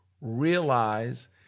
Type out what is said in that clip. realize